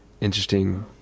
interesting